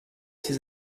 ces